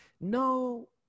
no